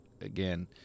again